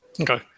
Okay